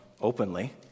openly